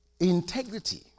integrity